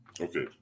Okay